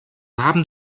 haben